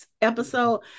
episode